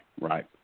right